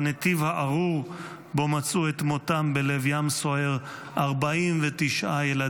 בנתיב הארור שבו מצאו את מותם בלב ים סוער 49 ילדים,